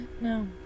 No